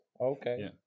okay